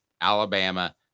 alabama